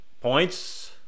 Points